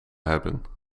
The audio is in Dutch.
hebben